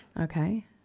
Okay